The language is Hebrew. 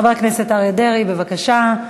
חבר הכנסת אריה דרעי, בבקשה.